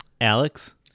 Alex